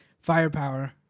firepower